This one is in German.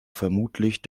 vermutlich